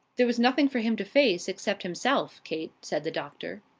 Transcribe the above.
there was nothing for him to face, except himself, kate, said the doctor.